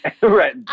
Right